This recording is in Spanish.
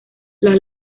las